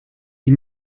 die